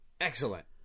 Excellent